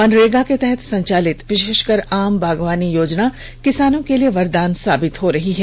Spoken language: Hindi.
मनरेगा के तहत संचालित विशेषकर आम बागवानी योजना किसानों के लिए वरदान साबित हो रहा है